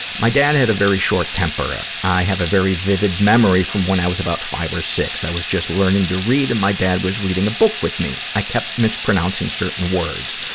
my dad had a very short temper. ah i have a very vivid memory from when i was about five or six. i was just learning to read and my dad was reading a book with me. i kept mispronouncing certain words.